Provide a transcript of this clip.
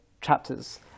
chapters